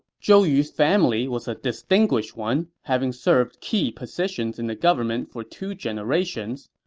zhou yu's family was a distinguished one, having served key positions in the government for two generations.